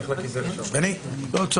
אני אמשיך